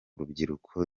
rubyiruko